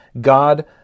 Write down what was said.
God